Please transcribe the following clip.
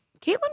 Caitlin